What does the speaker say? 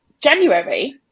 January